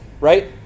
right